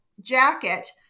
jacket